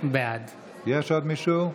בעד יש עוד מישהו?